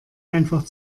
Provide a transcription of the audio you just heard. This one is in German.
einfach